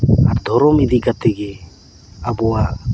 ᱟᱨ ᱫᱷᱚᱨᱚᱢ ᱤᱫᱤ ᱠᱟᱛᱮᱜᱮ ᱟᱵᱚᱣᱟᱜ